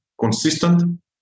consistent